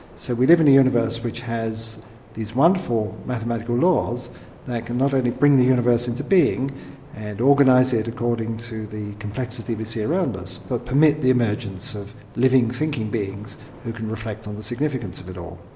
so we live in a universe which has these wonderful mathematical laws that can not only bring the universe into being and organise it according to the complexity we see around us but permit the emergence of living, thinking beings who can reflect on the significance of it all.